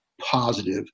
positive